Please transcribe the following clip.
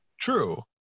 True